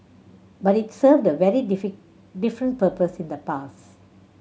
but it served a very different purpose in the past